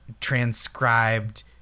transcribed